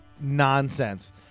nonsense